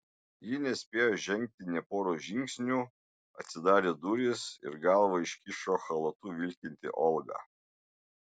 ji nespėjo žengti nė poros žingsnių atsidarė durys ir galvą iškišo chalatu vilkinti olga